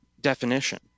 definition